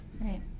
Right